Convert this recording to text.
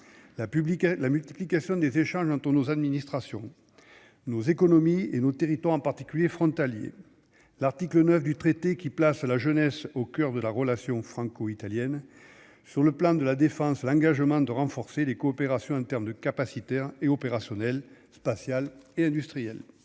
la multiplication des échanges dans ton nos administrations, nos économies et nos territoires en particulier frontaliers, l'article 9 du traité qui place à la jeunesse au coeur de la relation franco-italienne sur le plan de la défense, l'engagement de renforcer les coopérations internes de capacité hein et opérationnel spatial et industriel.